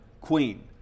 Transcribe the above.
Queen